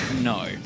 no